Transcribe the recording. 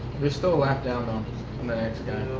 they're still a lap down though, from the next guy.